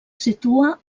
situa